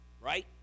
Right